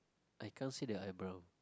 I can't see the eyebrow